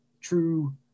true